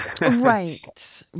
right